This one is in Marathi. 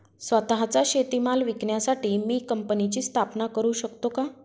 स्वत:चा शेतीमाल विकण्यासाठी मी कंपनीची स्थापना करु शकतो का?